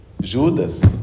Judas